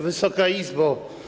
Wysoka Izbo!